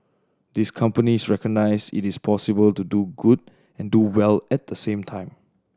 these companies recognise it is possible to do good and do well at the same time